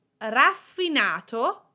raffinato